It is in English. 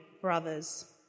brothers